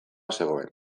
zegoen